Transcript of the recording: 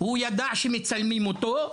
הוא ידע שמצלמים אותו,